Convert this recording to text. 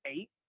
eight